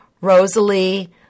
Rosalie